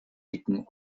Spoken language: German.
dicken